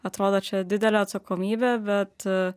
atrodo čia didelė atsakomybė bet